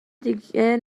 دیگه